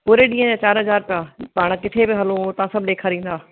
पूरे ॾींहं जा चार हज़ार रुपया पाण किथे बि हलूं उहो तव्हां सभु ॾेखारींदा